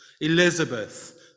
Elizabeth